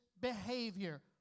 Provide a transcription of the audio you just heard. behavior